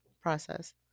process